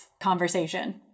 conversation